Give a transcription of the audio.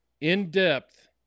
in-depth